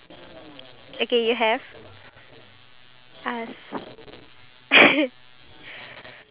K the question is what dreams from childhood have you achieved